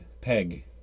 peg